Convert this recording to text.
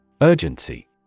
Urgency